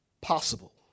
possible